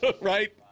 right